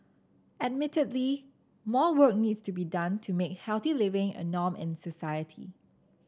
admittedly more work needs to be done to make healthy living a norm in society